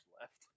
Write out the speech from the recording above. left